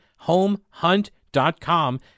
Homehunt.com